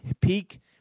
Peak